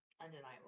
undeniable